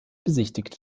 besichtigt